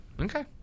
Okay